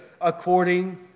according